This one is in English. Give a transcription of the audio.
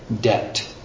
debt